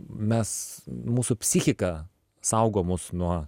mes mūsų psichika saugo mus nuo